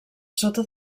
sota